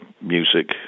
music